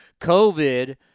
COVID